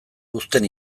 uzten